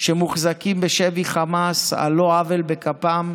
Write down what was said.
שמוחזקים בשבי חמאס על לא עוול בכפם,